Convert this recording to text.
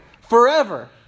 forever